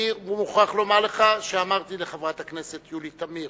אני מוכרח להגיד לך שאמרתי לחברת הכנסת יולי תמיר